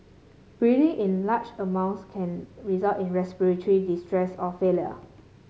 breathing in large amounts can result in respiratory distress or failure